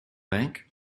bank